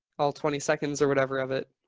all twenty seconds or whatever of it.